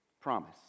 Promise